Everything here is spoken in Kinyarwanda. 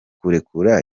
kurekura